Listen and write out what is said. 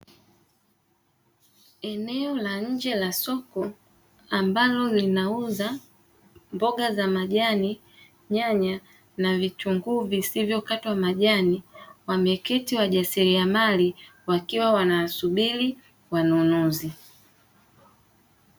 Eneo la nje la soko ambalo linauza mboga za majani, nyanya na vitunguu vilivyo katwa majani wameketi wajasiriamali wakiwa wanawasubiri wanunuzi.